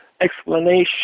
explanation